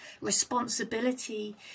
responsibility